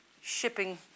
shipping